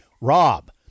Rob